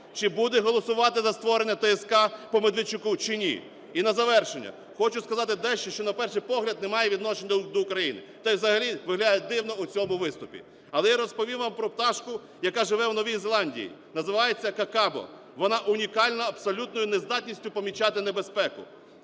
чи буде голосувати за створення ТСК по Медведчуку, чи ні? І на завершення, хочу сказати дещо, що, на перший погляд, не має відношення до України, це взагалі виглядає дивно у цьому виступі. Але, я розповім вам про пташку, яка живе у Новій Зеландії, називається какапо, вона унікальна абсолютною нездатністю помічати небезпеку.